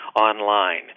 online